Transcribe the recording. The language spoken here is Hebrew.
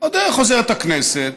חוזרת הכנסת,